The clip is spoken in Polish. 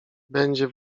będzie